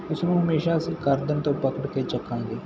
ਇਸ ਨੂੰ ਹਮੇਸ਼ਾ ਅਸੀਂ ਗਰਦਨ ਤੋਂ ਪਕੜ ਕੇ ਚੱਕਾਂਗੇ